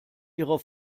ihrer